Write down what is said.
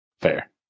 Fair